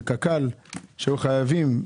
של קק"ל שהיו חייבים.